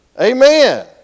Amen